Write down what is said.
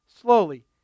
slowly